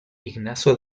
ignacio